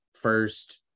first